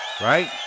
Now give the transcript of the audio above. right